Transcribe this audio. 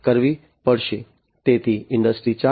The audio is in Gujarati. તેથી ઇન્ડસ્ટ્રી 4